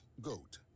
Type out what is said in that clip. GOAT